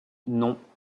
non